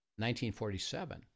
1947